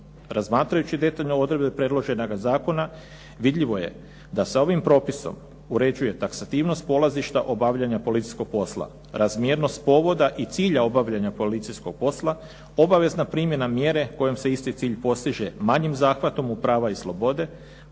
Razmatrajući detaljno odredbe predloženoga zakona vidljivo je da se ovim propisom uređuje taksativnost polazišta obavljanja policijskog posla, razmjernost povoda i cilja obavljanja policijskog posla, obavezna primjena mjere kojom se isti cilj postiže manjim zahvatom u prava i slobode,